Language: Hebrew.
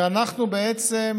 ואנחנו בעצם